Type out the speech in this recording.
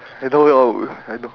you know I would I know